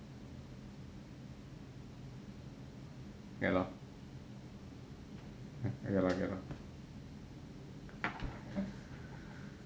ya lor ya lor ya lor